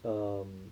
um